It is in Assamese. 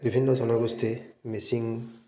বিভিন্ন জনগোষ্ঠী মিচিং